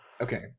Okay